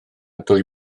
dwy